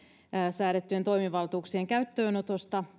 säädettyjen toimivaltuuksien käyttöönotosta